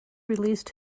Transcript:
released